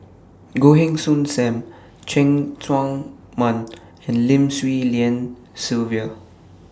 Goh Heng Soon SAM Cheng Tsang Man and Lim Swee Lian Sylvia